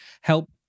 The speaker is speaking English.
help